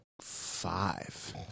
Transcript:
five